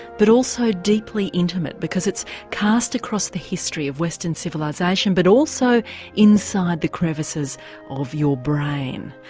but also deeply intimate because it's cast across the history of western civilisation but also inside the crevices of your brain.